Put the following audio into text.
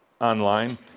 online